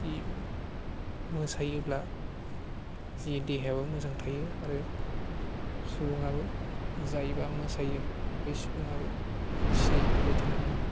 जि मोसायोब्ला जि देहायाबो मोजां थायो आरो सुबुङाबो जायबा मोसायो बै सुबुङाबो खुसियै थाबाय थानो हायो